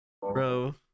bro